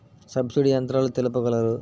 Subsidy యంత్రాలు తెలుపగలరు?